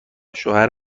شوهر